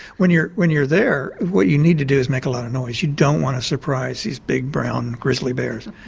when you're when you're there, what you need to do is make a lot of noise. you don't want to surprise these big brown grizzly bears,